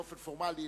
באופן פורמלי,